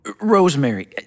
Rosemary